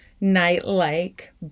night-like